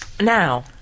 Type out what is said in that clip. Now